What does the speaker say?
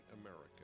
American